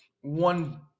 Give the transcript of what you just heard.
one